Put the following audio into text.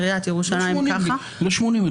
לעיריית ירושלים --- לא בשנות ה-80,